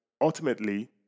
ultimately